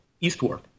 eastward